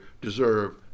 deserve